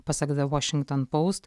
pasak the washington post